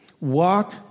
walk